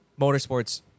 motorsports